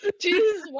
Jesus